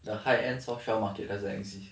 the high end soft shell market doesn't exist